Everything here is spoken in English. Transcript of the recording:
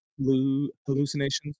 hallucinations